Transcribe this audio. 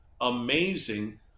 amazing